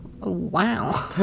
wow